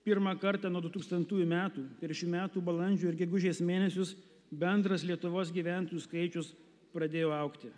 pirmą kartą nuo du tūkstantųjų metų per šių metų balandžio ir gegužės mėnesius bendras lietuvos gyventojų skaičius pradėjo augti